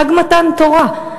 חג מתן תורה,